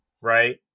right